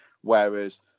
Whereas